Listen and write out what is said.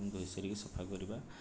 ଧୋଇସାରିକି ସଫା କରିବା